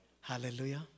Hallelujah